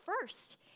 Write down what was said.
first